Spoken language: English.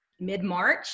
mid-march